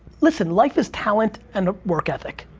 listen. life is talent and work ethic.